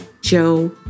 Joe